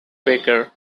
baker